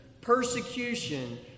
persecution